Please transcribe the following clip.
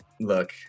look